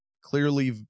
clearly